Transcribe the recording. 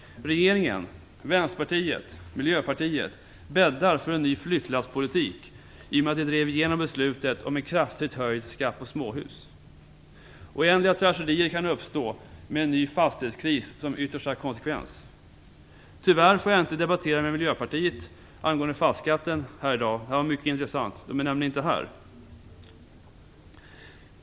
Regeringen, vänsterpartiet och miljöpartiet bäddar för en ny flyttlasspolitik i och med att de drivit igenom beslutet om en kraftigt höjd skatt på småhus. Oändliga tragedier kan uppstå med en nya fastighetskris som yttersta konsekvens. Tyvärr får jag inte möjlighet att debattera med miljöpartiet angående fastighetsskatten här i dag, vilket hade varit mycket intressant - de är nämligen inte här i kammaren.